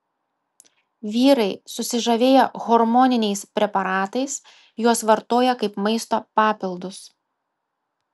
vyrai susižavėję hormoniniais preparatais juos vartoja kaip maisto papildus